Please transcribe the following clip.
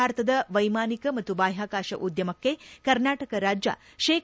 ಭಾರತದ ವೈಮಾನಿಕ ಮತ್ತು ಬಾಹ್ಯಾಕಾಶ ಉದ್ಯಮಕ್ಕೆ ಕರ್ನಾಟಕ ರಾಜ್ಯ ಶೇ